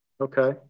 Okay